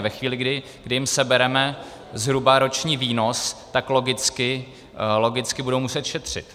Ve chvíli, kdy jim sebereme zhruba roční výnos, tak logicky budou muset šetřit.